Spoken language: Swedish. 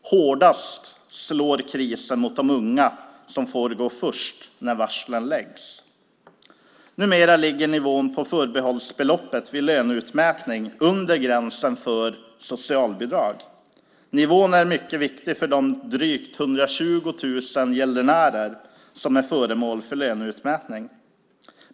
Hårdast slår krisen mot de unga som får gå först när varslen läggs. Numera ligger nivån på förbehållsbeloppet vid löneutmätning under gränsen för socialbidrag. Nivån är mycket viktig för de drygt 120 000 gäldenärer som är föremål för löneutmätning.